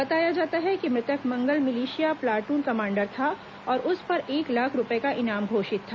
बताया जाता है कि मृतक मंगल मिलिशिया प्लाटून कमांडर था और उस पर एक लाख रूपये का इनाम घोषित था